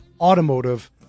automotive